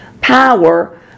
power